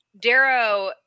Darrow